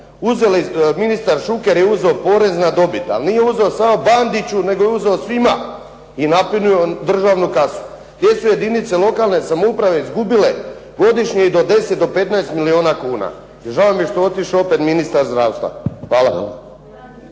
Minstar Šuker je uzeo porez na dobit, ali nije uzeo samo Bandiću, nego je uzeo svima i napunio državnu kasu. Te su jedinice lokalne samouprave izgubile godišnje i do 10 do 15 milijuna kuna. Žao mi je što je otišao opet ministar zdravstva. Hvala.